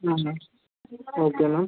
okay ma'am